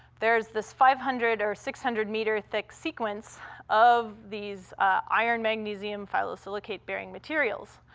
there's this five hundred or six hundred meter thick sequence of these iron-magnesium phyllosilicate-bearing materials.